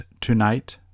tonight